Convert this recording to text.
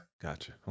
Gotcha